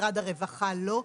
משרד הרווחה לא,